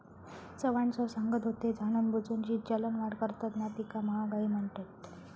Chavan sir सांगत होते, जाणूनबुजून जी चलनवाढ करतत ना तीका महागाई म्हणतत